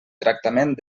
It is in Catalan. tractament